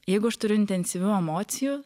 jeigu aš turiu intensyvių emocijų